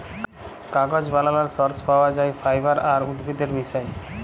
কাগজ বালালর সর্স পাউয়া যায় ফাইবার আর উদ্ভিদের মিশায়